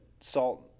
salt